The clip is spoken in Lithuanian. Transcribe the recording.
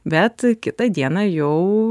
bet kitą dieną jau